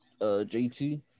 JT